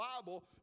Bible